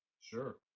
Sure